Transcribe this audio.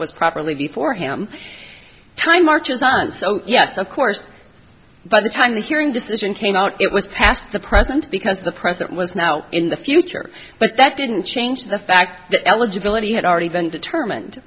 was properly before him time marches on and so yes of course by the time the hearing decision came out it was past the present because the president was now in the future but that didn't change the fact that eligibility had already been determined